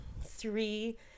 Three